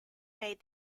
made